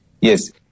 Yes